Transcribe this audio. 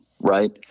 right